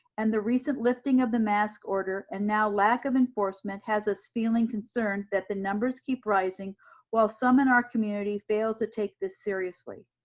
and the recent lifting of the mask order, and now lack of enforcement, has us feeling concerned that the numbers keep rising while some in our community fail to take this seriously.